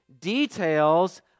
details